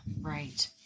right